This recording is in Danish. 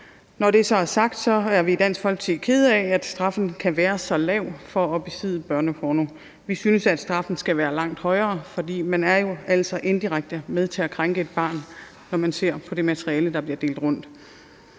Når det så er sagt, er vi i Dansk Folkeparti kede af, at straffen kan være så lav for at besidde børneporno. Vi synes, at straffen skal være langt højere, for man er jo altså indirekte med til at krænke et barn, når man ser på det materiale, der bliver delt.